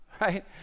right